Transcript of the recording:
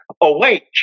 awake